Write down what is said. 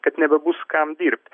kad nebebus kam dirbt